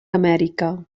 amèrica